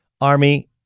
Army